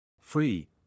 Free